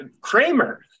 Kramer